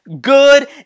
good